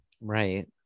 right